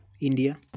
India